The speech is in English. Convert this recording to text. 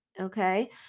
okay